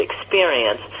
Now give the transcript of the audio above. experience